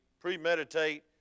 premeditate